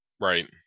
right